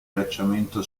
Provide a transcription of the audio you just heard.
tracciamento